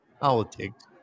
politics